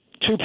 two